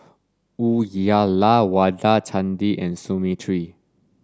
Uyyalawada Chandi and Smriti